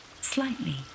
slightly